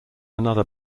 another